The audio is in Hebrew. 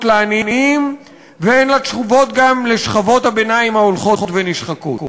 לעניים ואין לה תשובות גם לשכבות הביניים ההולכות ונשחקות.